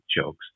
jokes